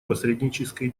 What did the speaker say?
посреднической